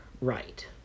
right